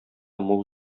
мул